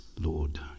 Lord